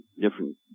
different